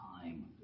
time